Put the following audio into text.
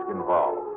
involved